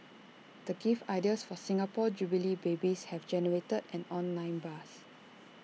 the gift ideas for Singapore jubilee babies have generated an online buzz